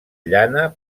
llana